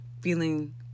feeling